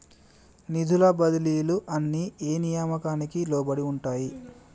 నిధుల బదిలీలు అన్ని ఏ నియామకానికి లోబడి ఉంటాయి?